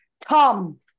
Tom